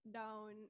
down